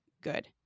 good